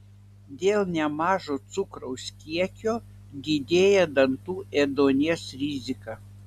dėl nemažo cukraus kiekio didėja dantų ėduonies rizika